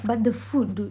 but the food dude